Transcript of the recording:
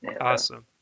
Awesome